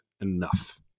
enough